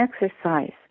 exercise